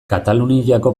kataluniako